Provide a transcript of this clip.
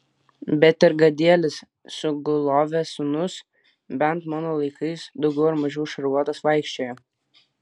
bet ir gadielis sugulovės sūnus bent mano laikais daugiau ar mažiau šarvuotas vaikščiojo